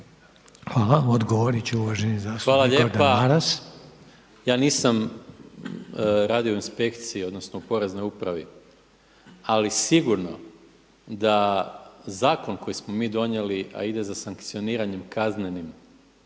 **Maras, Gordan (SDP)** Hvala lijepa. Ja nisam radio u inspekciji odnosno u Poreznoj upravi, ali sigurno da zakon koji smo mi donijeli, a ide za sankcioniranjem kaznenim